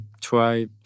try